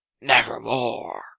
Nevermore